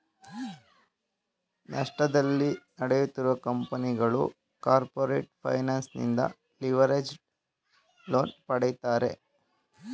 ನಷ್ಟದಲ್ಲಿ ನಡೆಯುತ್ತಿರುವ ಕಂಪನಿಗಳು ಕಾರ್ಪೊರೇಟ್ ಫೈನಾನ್ಸ್ ನಿಂದ ಲಿವರೇಜ್ಡ್ ಲೋನ್ ಪಡೆಯುತ್ತಾರೆ